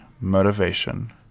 Motivation